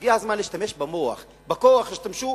הגיע הזמן להשתמש במוח, בכוח השתמשו